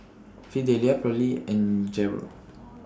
Fidelia Perley and Gerold